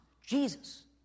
Jesus